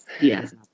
Yes